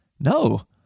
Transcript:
No